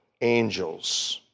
angels